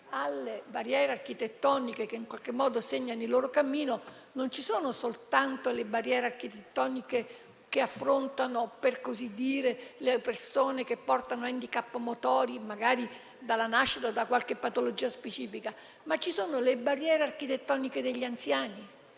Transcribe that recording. alle barriere architettoniche che in qualche modo segnano il loro cammino. Non ci sono soltanto le barriere architettoniche che affrontano le persone portatrici di *handicap* motori, magari dalla nascita o per effetto di qualche patologia specifica, ma ci sono anche le barriere architettoniche degli anziani;